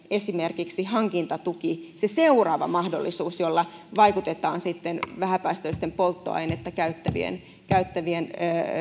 esimerkiksi työsuhdeautojen hankintatuki seuraava mahdollisuus jolla vaikutetaan vähäpäästöisten polttoainetta käyttävien käyttävien